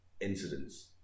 incidents